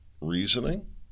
reasoning